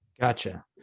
Gotcha